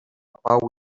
pau